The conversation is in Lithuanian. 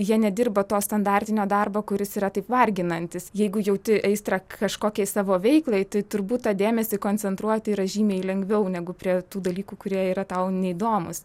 jie nedirba to standartinio darbo kuris yra taip varginantis jeigu jauti aistrą kažkokiai savo veiklai tai turbūt tą dėmesį koncentruoti yra žymiai lengviau negu prie tų dalykų kurie yra tau neįdomūs